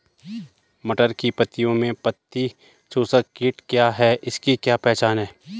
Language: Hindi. मटर की पत्तियों में पत्ती चूसक कीट क्या है इसकी क्या पहचान है?